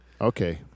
Okay